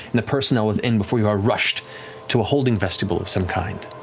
and the personnel within before you are rushed to a holding vestibule of some kind.